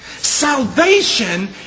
Salvation